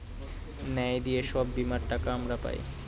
ন্যায় দিয়ে সব বীমার টাকা আমরা পায়